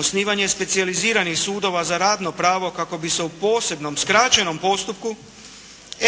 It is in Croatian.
Osnivanje specijaliziranih sudova za radno pravo kako bi se u posebnom skraćenom postupku